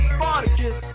Spartacus